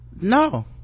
no